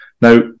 Now